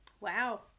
Wow